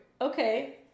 Okay